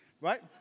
Right